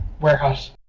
warehouse